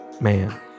man